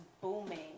booming